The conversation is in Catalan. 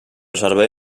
servei